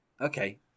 okay